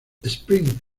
sprint